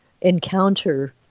encounter